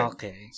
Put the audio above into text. Okay